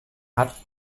hat